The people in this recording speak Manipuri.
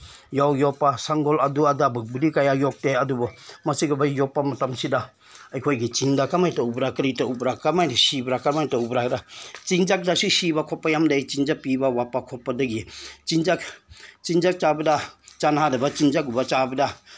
ꯌꯥꯎ ꯌꯣꯛꯄ ꯁꯒꯣꯜ ꯑꯗꯨ ꯑꯗꯥꯒꯨꯝꯕꯗꯤ ꯀꯌꯥ ꯌꯣꯛꯇꯦ ꯑꯗꯨꯕꯨ ꯃꯁꯤꯒꯨꯝꯕ ꯌꯣꯛꯄ ꯃꯇꯝꯁꯤꯗ ꯑꯩꯈꯣꯏꯒꯤ ꯆꯤꯡꯗ ꯀꯃꯥꯏꯅ ꯇꯧꯕ꯭ꯔꯥ ꯀꯔꯤ ꯇꯧꯕ꯭ꯔꯥ ꯀꯃꯥꯏꯅ ꯁꯤꯕ꯭ꯔꯥ ꯀꯃꯥꯏꯅ ꯇꯧꯕ꯭ꯔꯥ ꯍꯥꯏꯔꯒ ꯆꯤꯟꯖꯥꯛꯇ ꯁꯤꯕ ꯈꯣꯠꯄ ꯃꯌꯥꯝ ꯂꯩ ꯆꯤꯟꯖꯥꯛ ꯄꯤꯕ ꯋꯥꯠꯄ ꯈꯣꯠꯄꯗꯒꯤ ꯆꯤꯟꯖꯥꯛ ꯆꯤꯟꯖꯥꯛ ꯆꯥꯕꯗ ꯆꯥꯅꯗꯕ ꯆꯤꯟꯖꯥꯛꯀꯨꯝꯕ ꯆꯥꯕꯗ